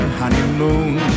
honeymoon